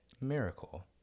Miracle